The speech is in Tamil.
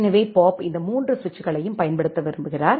எனவே பாப் இந்த 3 சுவிட்சுகளையும் பயன்படுத்த விரும்புகிறார்